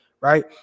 right